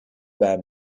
bij